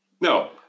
no